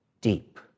deep